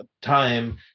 time